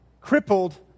crippled